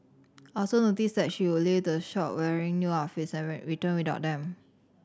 also noticed that she would leave the shop wearing new outfits and returned without them